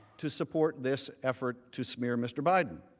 to support this effort to smear mr. biden.